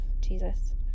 Jesus